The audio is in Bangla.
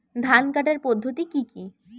ধান কাটার পদ্ধতি কি কি?